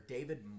David